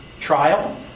Trial